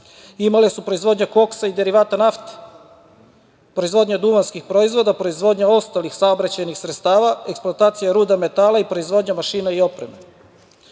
imale su proizvodnja koksa i derivata nafte, proizvodnja duvanskih proizvoda, proizvodnja ostalih saobraćajnih sredstava, eksploatacija ruda metala i proizvodnja mašina i opreme. Moram